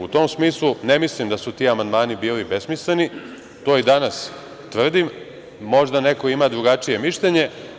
U tom smislu, ne mislim da su ti amandmani bili besmisleni, to i danas tvrdim, možda neko ima drugačije mišljenje.